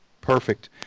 perfect